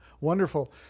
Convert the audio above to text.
Wonderful